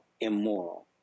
immoral